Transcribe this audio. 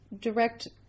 direct